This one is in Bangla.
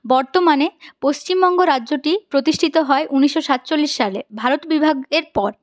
বর্তমানে পশ্চিমবঙ্গ রাজ্যটি প্রতিষ্ঠিত হয় উনিশশো সাতচল্লিশ সালে ভারত বিভাগের পর